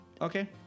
okay